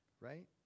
right